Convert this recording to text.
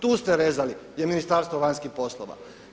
Tu ste rezali gdje je Ministarstvo vanjskih poslova.